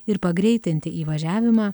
ir pagreitinti įvažiavimą